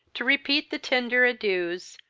to repeat the tender adieus,